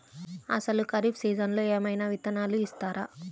అసలు ఖరీఫ్ సీజన్లో ఏమయినా విత్తనాలు ఇస్తారా?